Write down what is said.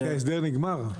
הסדר נגמר?